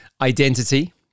identity